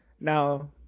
Now